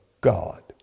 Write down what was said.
God